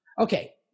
Okay